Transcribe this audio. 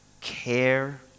care